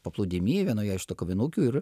paplūdimy vienoje iš tų kavinukių ir